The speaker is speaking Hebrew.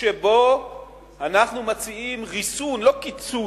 שבו אנחנו מציעים ריסון, לא קיצוץ,